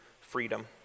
freedom